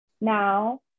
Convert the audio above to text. now